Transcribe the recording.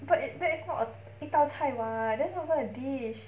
but it that is not a 一道菜 [what] that's not even a dish